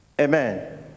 Amen